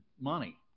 money